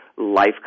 life